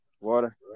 Water